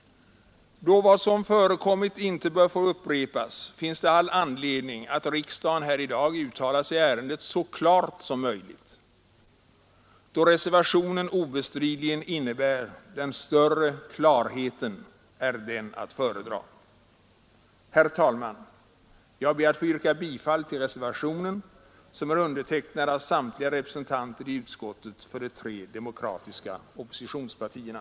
Då vad som förekommit inte bör få upprepas finns det all anledning att riksdagen här i dag uttalar sig i ärendet så klart som möjligt. Då reservationen obestridligen innebär den större klarheten är den att föredraga. Herr talman! Jag ber att få yrka bifall till reservationen som är undertecknad av samtliga representanter i utskottet för de tre demokratiska oppositionspartierna.